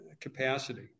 capacity